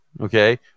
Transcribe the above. okay